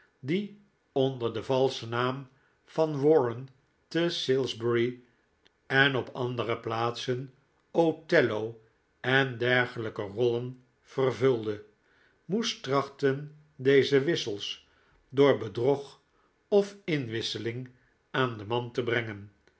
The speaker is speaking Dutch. die onder den valschen naam van warren te salisbury en op andere plaatsen othello en dergelijke rollen vervulde moest trachten deze wissels door bedrog of inwisseling aan den man te brengen